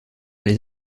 les